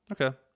Okay